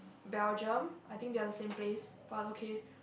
Belgium I think they are the same place but okay